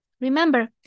Remember